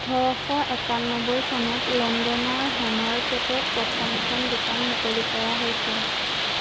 ওঠৰশ একানব্বৈ চনত লণ্ডনৰ হেমাৰ্কেটত প্ৰথমখন দোকান মুকলি কৰা হৈছিল